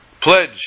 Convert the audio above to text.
pledge